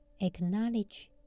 acknowledge